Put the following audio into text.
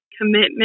commitment